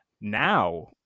now